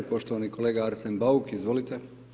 Poštovani kolega Arsen Bauk, izvolite.